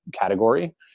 category